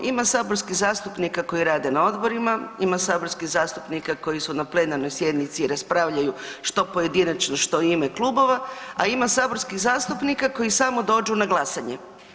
Ima saborskih zastupnika koji rade na odborima, ima saborskih zastupnika koji su na plenarnoj sjednici i raspravljaju što pojedinačno, što u ime klubova, a ima saborskih zastupnika koji samo dođu na glasanje.